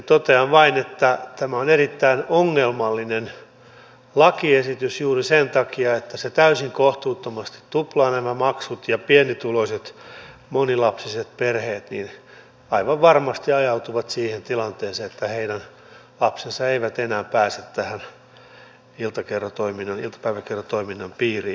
totean vain että tämä on erittäin ongelmallinen lakiesitys juuri sen takia että se täysin kohtuuttomasti tuplaa nämä maksut ja pienituloiset monilapsiset perheet aivan varmasti ajautuvat siihen tilanteeseen että heidän lapsensa eivät enää pääse iltapäiväkerhotoiminnan piiriin